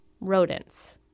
rodents